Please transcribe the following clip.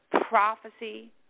prophecy